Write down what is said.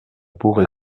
bourg